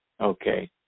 Okay